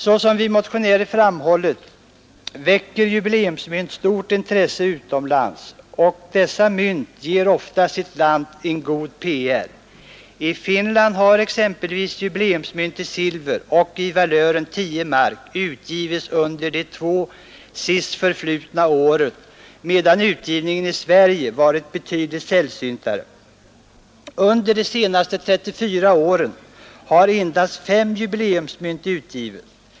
Såsom vi motionärer framhållit väcker jubileumsmynt stort intresse utomlands, och dessa mynt ger ofta sitt land en god PR. I Finland har exempelvis jubileumsmynt i silver i valören 10 mark utgivits under de två sistförflutna åren, medan utgivningen i Sverige varit betydligt sällsyntare. Under de senaste 34 åren har endast fem jubileumsmynt utgivits.